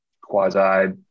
quasi